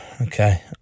okay